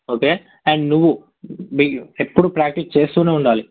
okay and నువ్వు మీ ఎప్పుడూ ప్రాక్టీస్ చేస్తూనే ఉండాలి